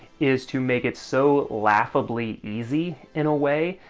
is to make it so laughably easy, in a way,